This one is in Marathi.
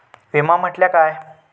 विमा म्हटल्या काय?